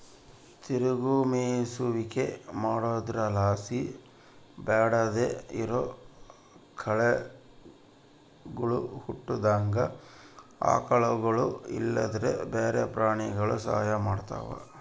ತಿರುಗೋ ಮೇಯಿಸುವಿಕೆ ಮಾಡೊದ್ರುಲಾಸಿ ಬ್ಯಾಡದೇ ಇರೋ ಕಳೆಗುಳು ಹುಟ್ಟುದಂಗ ಆಕಳುಗುಳು ಇಲ್ಲಂದ್ರ ಬ್ಯಾರೆ ಪ್ರಾಣಿಗುಳು ಸಹಾಯ ಮಾಡ್ತವ